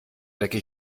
lecke